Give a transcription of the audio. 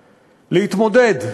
להתמודד,